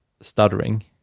stuttering